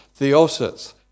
Theosis